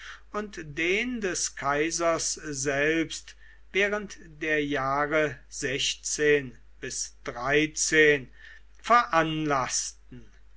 und den des kaisers selbst während der jahre veranlaßten